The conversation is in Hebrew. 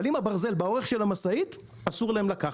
אבל אם הברזל באורך של המשאית, אסור להם לקחת.